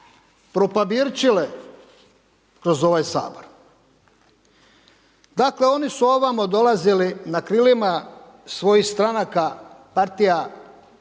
propabirčile kroz ovaj Sabor. Dakle, oni su ovamo dolazili na krilima svojih stranaka, partija